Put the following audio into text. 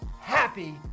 Happy